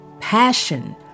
passion